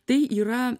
tai yra